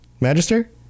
Magister